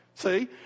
see